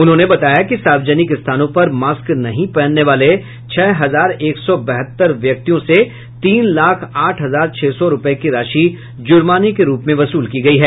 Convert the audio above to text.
उन्होंने बताया कि सार्वजनिक स्थानों पर मास्क नहीं पहनने वाले छह हजार एक सौ बहत्तर व्यक्तियों से तीन लाख आठ हजार छह सौ रूपये की राशि जुर्माने के रूप में वसूल की गयी है